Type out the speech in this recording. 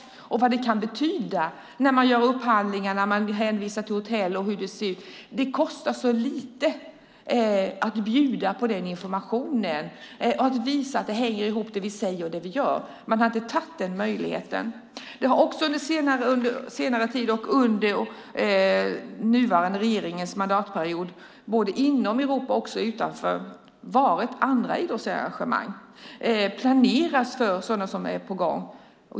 Det handlar om vad det kan betyda när man gör upphandlingar och när man hänvisar till hotell och så vidare. Det kostar så lite att bjuda på den informationen och att visa att det vi säger och det vi gör hänger ihop. Man har inte tagit vara på den möjligheten. Det har också under senare tid och under den nuvarande regeringens mandatperiod, både inom Europa och utanför, varit andra idrottsarrangemang. Det har planerats för sådana som är på gång.